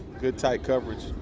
good tight coverage.